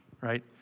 right